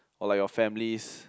or like your families